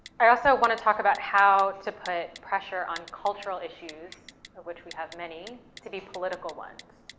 i also wanna talk about how to put pressure on cultural issues, of which we have many, to be political ones.